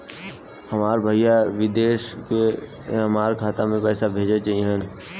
हमार भईया विदेश से हमारे खाता में पैसा कैसे भेजिह्न्न?